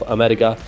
America